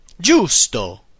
Giusto